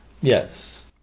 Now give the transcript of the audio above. Yes